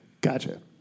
Gotcha